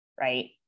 right